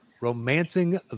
Romancing